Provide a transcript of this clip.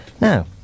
now